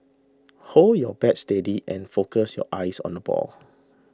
hold your bat steady and focus your eyes on the ball